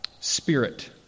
spirit